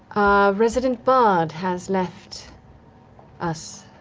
resident bard has left us.